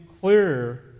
clearer